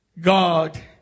God